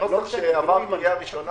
הנוסח שעבר קריאה ראשונה